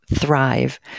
thrive